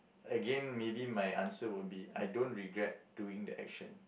again maybe my answer will be I don't regret doing that action